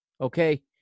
Okay